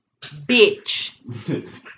Bitch